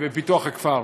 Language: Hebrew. ופיתוח הכפר.